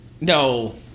No